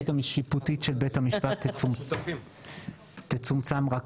(היו"ר אופיר כץ) הביקורת השיפוטית של בית המשפט תצומצם רק